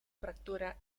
fractura